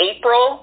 April